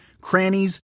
crannies